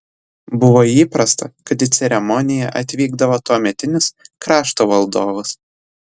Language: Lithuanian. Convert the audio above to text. buvo įprasta kad į ceremoniją atvykdavo tuometinis krašto valdovas